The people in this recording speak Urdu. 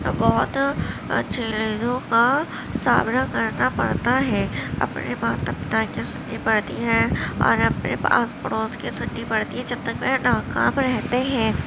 بہت چیلنجوں کا سامنا کرنا پڑتا ہے اپنے تاکہ سننی پڑتی ہے اور اپنے آس پڑوس کے سننی پڑتی ہے جب تک وہ نا کام رہتے ہیں